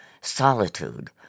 Solitude